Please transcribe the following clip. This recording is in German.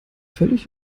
völlig